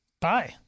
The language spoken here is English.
Bye